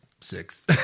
six